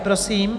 Prosím.